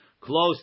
close